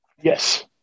Yes